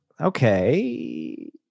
Okay